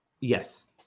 yes